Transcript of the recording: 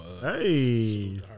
Hey